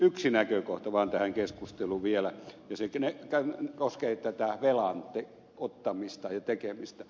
yksi näkökohta vaan tähän keskusteluun vielä ja se koskee tätä velan ottamista ja tekemistä